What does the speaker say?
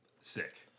Sick